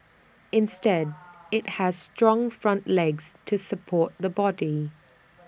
instead IT has strong front legs to support the body